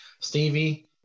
Stevie